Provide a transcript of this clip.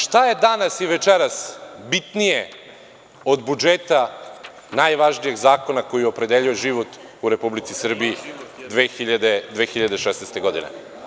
Šta je danas i večeras bitnije od budžeta, najvažnijeg zakona koji opredeljuje život u Republici Srbiji 2016. godine?